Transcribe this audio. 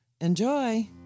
Enjoy